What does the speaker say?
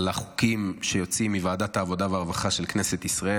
על החוקים שיוצאים מוועדת העבודה והרווחה של כנסת ישראל.